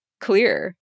clear